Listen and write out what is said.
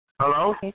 hello